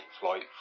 flight